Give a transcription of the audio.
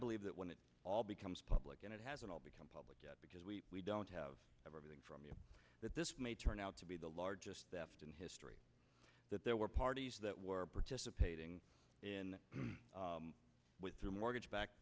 believe that when it all becomes public and it hasn't all become public because we don't have everything from you that this may turn out to be the largest theft in history that there were parties that were participating in with their mortgage back